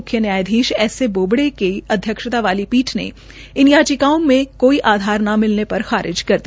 मुख्य न्यायाधीश S A Bobde की अध्यक्षता वाली पीठ ने इन याचिकाओं में कोई आधार न मिलने पर खारिज कर दिया